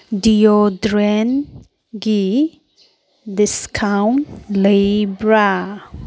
ꯗꯤꯌꯣꯗ꯭ꯔꯦꯟꯒꯤ discount ꯂꯩꯕ꯭ꯔꯥ